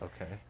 Okay